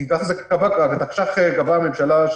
את התקש"ח קבעה הממשלה,